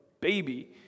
baby